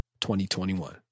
2021